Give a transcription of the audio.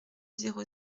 zéro